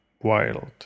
Wild